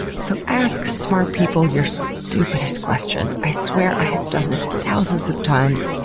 so ask smart people your stupidest questions. i swear i have done this thousands of times,